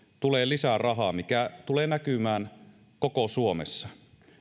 tulee lisää rahaa mikä tulee näkymään koko suomessa